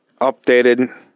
updated